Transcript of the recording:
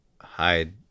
hide